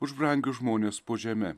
už brangius žmones po žeme